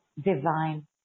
divine